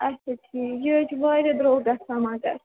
اچھا ٹھیٖک یہِ حظ چھِ واریاہ درٛۅگ گژھان مگر